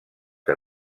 que